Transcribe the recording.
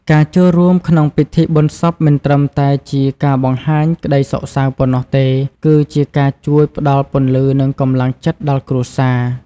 ការចូលរួមក្នុងពិធីបុណ្យសពមិនត្រឹមតែជាការបង្ហាញក្តីសោកសៅប៉ុណ្ណោះទេ គឺជាការជួយផ្ដល់ពន្លឺនិងកម្លាំងចិត្តដល់គ្រួសារ។